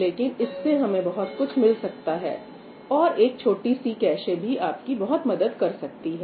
लेकिन इससे हमें बहुत कुछ मिल सकता है और एक छोटी सी कैशे भी आपकी बहुत मदद कर सकती है